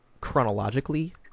chronologically